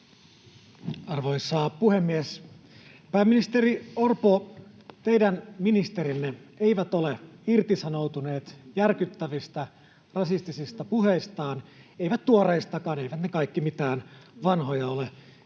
Arvoisa puhemies! Pääministeri Orpo, teidän ministerinne eivät ole irtisanoutuneet järkyttävistä rasistisista puheistaan, eivät tuoreistakaan — eivät ne kaikki mitään vanhoja ole.